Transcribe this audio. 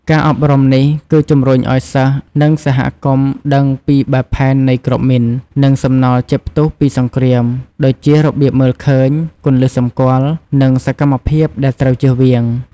ការអប់រំនេះគឺជំរុញឲ្យសិស្សនិងសហគមន៍ដឹងពីបែបផែននៃគ្រាប់មីន និងសំណល់ជាតិផ្ទុះពីសង្គ្រាម ដូចជារបៀបមើលឃើញ គន្លឹះសម្គាល់ និងសកម្មភាពដែលត្រូវចៀសវាង។